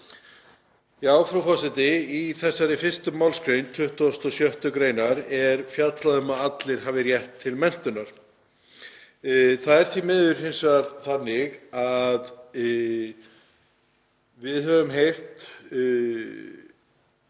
Já, frú forseti. Í þessari 1. mgr. 26. gr. er fjallað um að allir hafi rétt til menntunar. Það er því miður hins vegar þannig að við höfum heyrt